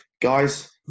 guys